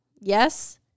Yes